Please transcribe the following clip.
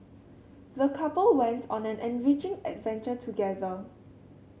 the couple went on an enriching adventure together